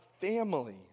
family